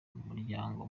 umuryango